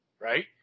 right